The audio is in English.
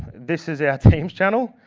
this is our teams channel,